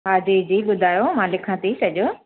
हा जी जी ॿुधायो मां लिखां थी सॼो